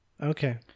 Okay